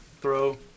throw